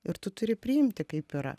ir tu turi priimti kaip yra